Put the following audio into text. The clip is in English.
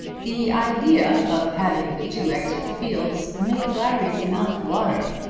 the idea of having the two extra fields made larry's mouth water,